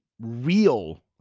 real